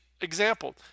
example